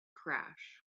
crash